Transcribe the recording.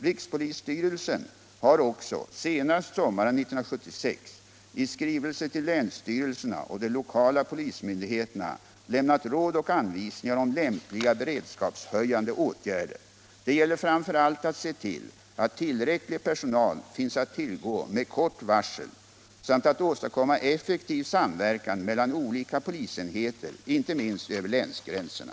Rikspolisstyrelsen har också senast sommaren 1976 i skrivelse till länsstyrelserna och de lokala polismyndigheterna lämnat råd och anvisningar om lämpliga beredskapshöjande åtgärder. Det gäller framför allt att se till att tillräcklig personal finns att tillgå med kort varsel samt att åstadkomma effektiv samverkan mellan olika polisenheter, inte minst över länsgränserna.